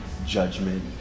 judgment